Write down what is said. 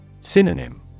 Synonym